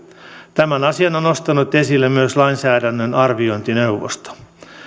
tämän asian on nostanut esille myös lainsäädännön arviointineuvosto